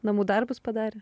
namų darbus padarė